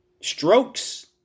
Strokes